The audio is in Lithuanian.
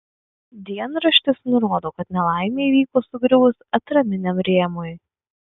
dienraštis nurodo kad nelaimė įvyko sugriuvus atraminiam rėmui